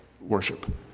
worship